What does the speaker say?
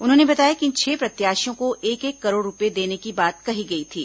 उन्होंने बताया कि इन छह प्रत्याशियों को एक एक करोड़ रूपये देने की बात कही गई थी